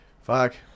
fuck